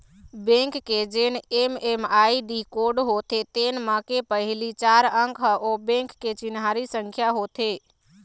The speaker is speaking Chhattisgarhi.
बेंक के जेन एम.एम.आई.डी कोड होथे तेन म के पहिली चार अंक ह ओ बेंक के चिन्हारी संख्या होथे